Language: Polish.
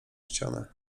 ścianę